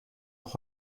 noch